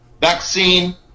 vaccine